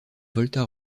volta